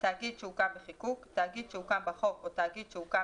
"תאגיד שהוקם בחיקוק" תאגיד שהוקם בחוק או תאגיד שהוקם